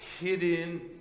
hidden